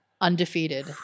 undefeated